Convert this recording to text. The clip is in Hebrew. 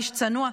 איש צנוע.